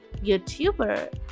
youtuber